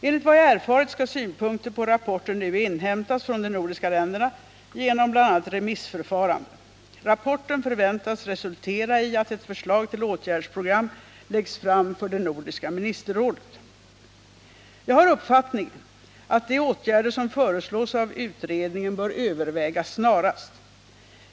Enligt vad jag erfarit skall synpunkter på rapporten nu inhämtas från de nordiska länderna genom bl.a. ett remissförfarande. Rapporten förväntas resultera i att ett förslag till åtgärdsprogram läggs fram för det nordiska ministerrådet. Jag har uppfattningen att de åtgärder som föreslås av utredningen bör övervägas snarast.